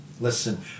Listen